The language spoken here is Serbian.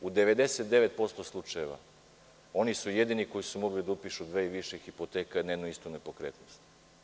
U 99% slučajeva oni su jedini koji su mogli da upišu dve i više hipoteka na jednu istu nepokretnost.